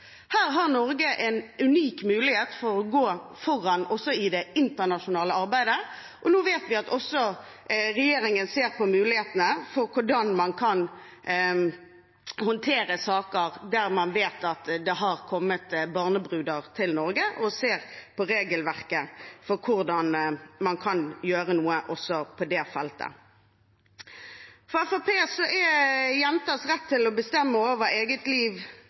Her har Norge en unik mulighet til å gå foran også i det internasjonale arbeidet. Nå vet vi at regjeringen også ser på mulighetene for hvordan man kan håndtere saker der man vet at det har kommet barnebruder til Norge, og ser på regelverket for hvordan man kan gjøre noe også på det feltet. For Fremskrittspartiet er jenters rett til å bestemme over eget liv